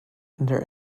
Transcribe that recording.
there